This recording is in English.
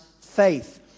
faith